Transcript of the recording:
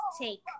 take